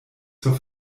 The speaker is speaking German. zur